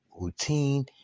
routine